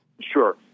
Sure